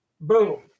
Boom